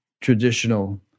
traditional